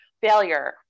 failure